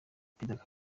perezida